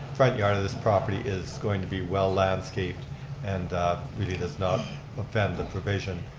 front yard of this property is going to be well landscaped and really does not offend the provision.